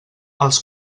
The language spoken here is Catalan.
els